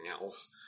else